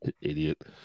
idiot